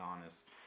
honest